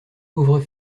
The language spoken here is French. pauvres